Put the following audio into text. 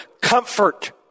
Comfort